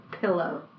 pillow